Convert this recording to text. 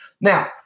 Now